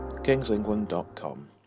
kingsengland.com